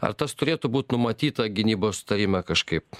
ar tas turėtų būt numatyta gynybos sutarime kažkaip